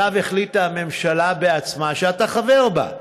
שעליו החליטה הממשלה עצמה, שאתה חבר בה,